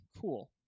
cool